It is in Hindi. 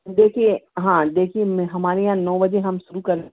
देखिए हाँ देखिए हमारे यहाँ नौ बजे हम शुरू कर